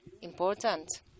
important